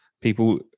people